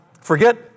Forget